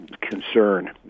concern